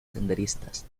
senderistas